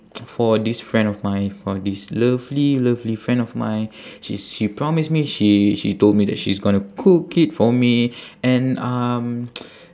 for this friend of mine for this lovely lovely friend of mine she she promise me she she told me that she's going to cook it for me and um